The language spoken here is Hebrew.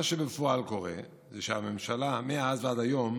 מה שבפועל קורה הוא שהממשלה מאז ועד היום